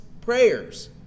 prayers